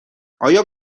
آیا